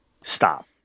stop